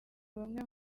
bamwe